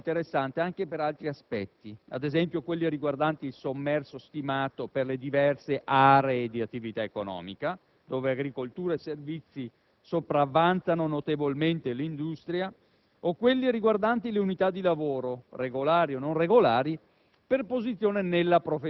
Ma la relazione ISTAT è interessante anche per altri aspetti, ad esempio quelli riguardanti il sommerso stimato per le diverse aree di attività economica (con agricoltura e servizi che sopravanzano notevolmente l'industria) o quelli riguardanti le unità di lavoro, regolari o non regolari,